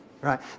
right